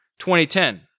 2010